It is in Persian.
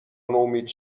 نومید